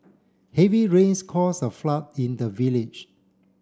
heavy rains cause a flood in the village